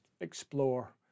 explore